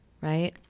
right